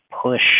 push